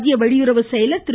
மத்திய வெளியுறவு செயலர் திரு